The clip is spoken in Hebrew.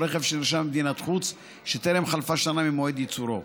רכב שנרשם במדינת חוץ שטרם חלפה שנה ממועד ייצורו.